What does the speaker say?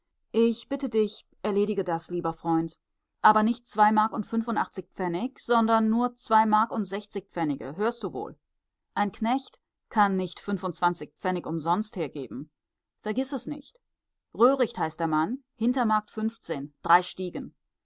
ich bitte erledige das lieber freund aber nicht zwei mark und fünfundachtzig pfennig sondern nur zwei mark und sechzig pfennige hörst du wohl ein knecht kann nicht fünfundzwanzig pfennig umsonst hergeben vergiß es nicht röhricht heißt der mann hinter mark drei